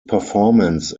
performance